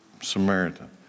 Samaritan